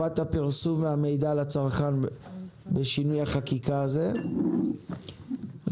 הפרסום והמידע לצרכן בשינוי החקיקה הזה, נכון?